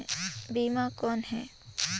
बीमा कौन है?